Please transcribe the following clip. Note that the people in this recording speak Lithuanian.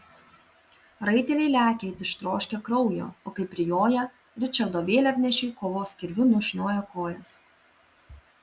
raiteliai lekia it ištroškę kraujo o kai prijoja ričardo vėliavnešiui kovos kirviu nušnioja kojas